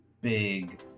big